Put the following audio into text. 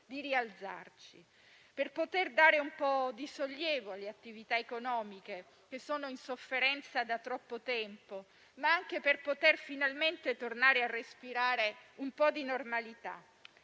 vaccinazioni, per poter dare un po' di sollievo alle attività economiche che sono in sofferenza da troppo tempo, ma anche per poter tornare finalmente a respirare un po' di normalità.